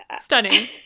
Stunning